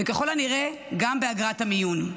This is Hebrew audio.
וככל הנראה גם באגרת המיון.